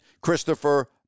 Christopher